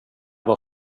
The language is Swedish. var